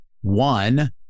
one